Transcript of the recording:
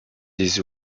des